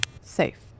Safe